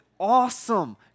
Awesome